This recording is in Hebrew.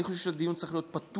אני חושב שהדיון צריך להיות פתוח,